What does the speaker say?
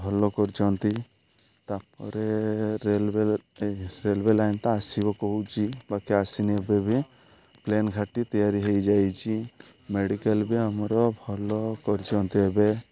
ଭଲ କରୁଛନ୍ତି ତାପରେ ରେଲୱେ ରେଲୱେ ଲାଇନ ତ ଆସିବ କହୁଛି ବାକି ଆସିନେ ଏବେ ବି ପ୍ଲେନ୍ ଘାଟି ତିଆରି ହେଇଯାଇଛି ମେଡ଼ିକାଲ ବି ଆମର ଭଲ କରିଛନ୍ତି ଏବେ